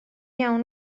iawn